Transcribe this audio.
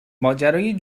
ماجرای